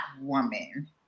woman